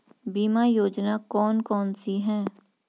बीमा योजना कौन कौनसी हैं?